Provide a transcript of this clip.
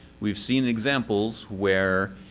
we've seen examples where,